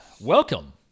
Welcome